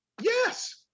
Yes